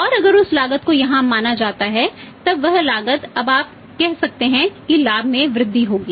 और अगर उस लागत को यहां माना जाता है तब वह लागत अब आप कह सकते हैं कि लाभ में वृद्धि करेगा